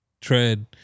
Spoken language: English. tread